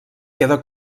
queda